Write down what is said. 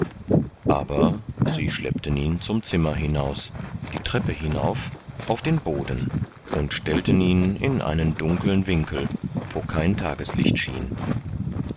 aber sie schleppten ihn zum zimmer hinaus die treppe hinauf auf den boden und stellten ihn in einen dunkeln winkel wohin kein tageslicht schien